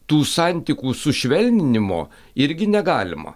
tų santykų sušvelninimo irgi negalima